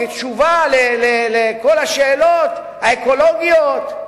כתשובה על כל השאלות האקולוגיות,